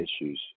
issues